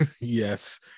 Yes